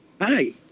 Hi